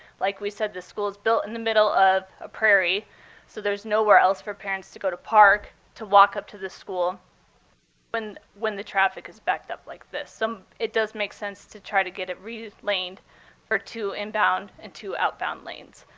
like we said, the school's built in the middle of a prairie so there's nowhere else for parents to go to park to walk up to the school when when the traffic is backed up like this. so it does make sense to try to get it relaned for two inbound and two outbound lanes.